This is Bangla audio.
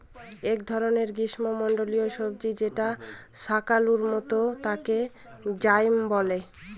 এক ধরনের গ্রীস্মমন্ডলীয় সবজি যেটা শাকালুর মত তাকে য়াম বলে